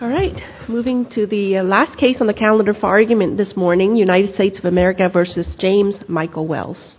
all right moving to the last case on the calendar for human this morning united states of america versus james michael wells